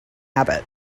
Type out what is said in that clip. abbott